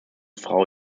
frau